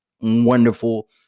wonderful